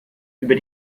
über